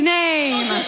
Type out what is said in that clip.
name